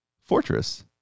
Fortress